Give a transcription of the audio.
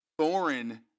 Thorin